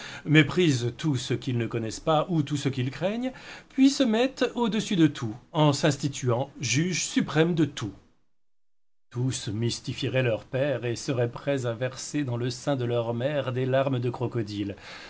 méprisent tout ce qu'ils ne connaissent pas ou tout ce qu'ils craignent puis se mettent au-dessus de tout en s'instituant juges suprêmes de tout tous mystifieraient leurs pères et seraient prêts à verser dans le sein de leurs mères des larmes de crocodile